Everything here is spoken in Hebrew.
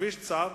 הכביש צר,